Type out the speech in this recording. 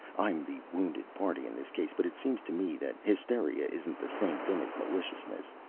i'm the wounded party in this case, but it seems to me that hysteria isn't the same thing as maliciousness.